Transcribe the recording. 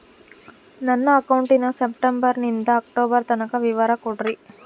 ನನ್ನ ಅಕೌಂಟಿನ ಸೆಪ್ಟೆಂಬರನಿಂದ ಅಕ್ಟೋಬರ್ ತನಕ ವಿವರ ಕೊಡ್ರಿ?